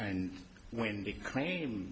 and when the claim